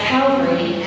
Calvary